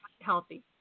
healthy